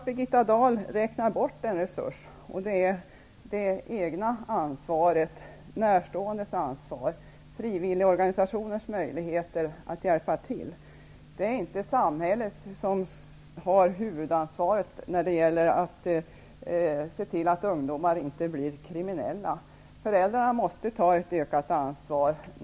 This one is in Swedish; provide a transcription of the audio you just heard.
Birgitta Dahl räknar bort en resurs, nämligen det egna ansvaret, närståendes ansvar och frivilligorganisationers möjligheter att hjälpa till. Det är inte samhället som har huvudansvaret när det gäller att se till att ungdomar inte blir kriminella. Föräldrarna måste ta ett ökat ansvar.